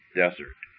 desert